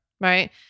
Right